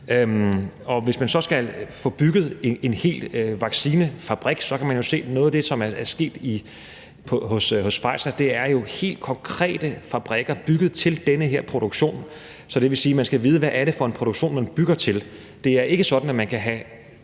Hvis man så skal få bygget en hel vaccinefabrik, kan man jo se, at noget af det, som er sket hos Pfizer, er, at der er bygget fabrikker helt konkret til den her produktion. Så det vil sige, at man skal vide, hvad det er for en produktion, man bygger til. Det er ikke sådan, at man kan have